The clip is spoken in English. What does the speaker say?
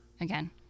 again